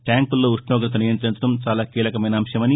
ట్యాంకుల్లో ఉష్ణోగత నియంఁతించటం చాలా కీలకమైన అంశమని